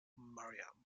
maryam